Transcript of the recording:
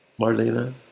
Marlena